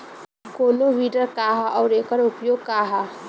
कोनो विडर का ह अउर एकर उपयोग का ह?